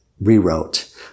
rewrote